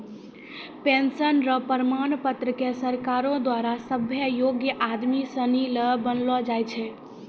pension र प्रमाण पत्र क सरकारो द्वारा सभ्भे योग्य आदमी सिनी ल बनैलो जाय छै